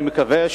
אני מקווה,